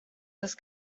this